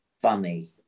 funny